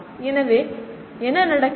எனவே என்ன நடக்கிறது